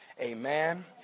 amen